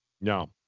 No